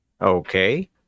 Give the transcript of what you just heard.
Okay